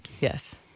Yes